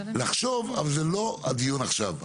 לחשוב, אבל זה לא הדיון עכשיו.